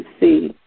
see